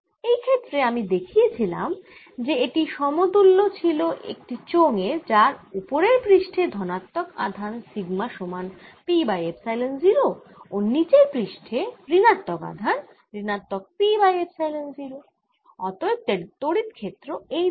এই ক্ষেত্রে আমরা দেখিয়েছিলাম যে এটি সমতুল্য ছিল একটি চোঙ এর যার ওপরের পৃষ্ঠে ধনাত্মক আধান সিগমা সমান P বাই এপসাইলন 0 ও নীচের পৃষ্ঠে ঋণাত্মক আধান ঋণাত্মক P বাই এপসাইলন 0 অতএব তড়িৎ ক্ষেত্র এই দিকে